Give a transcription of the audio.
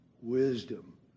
Wisdom